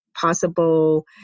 possible